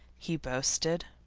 he boasted.